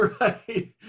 Right